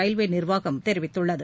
railway நிர்வாகம் தெரிவித்துள்ளது